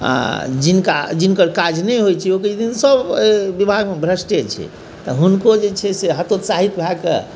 आ जिनका जिनकर काज नहि होइत छै ओ कहैत छथिन सभ एहि विभागमे भ्रष्टे छै तऽ हुनको जे छै से हतोत्साहित भएके